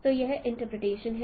तो यह इंटरप्रटेशन है